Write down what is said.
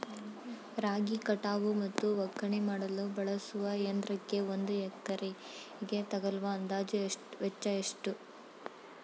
ರಾಗಿ ಕಟಾವು ಮತ್ತು ಒಕ್ಕಣೆ ಮಾಡಲು ಬಳಸುವ ಯಂತ್ರಕ್ಕೆ ಒಂದು ಎಕರೆಗೆ ತಗಲುವ ಅಂದಾಜು ವೆಚ್ಚ ಎಷ್ಟು?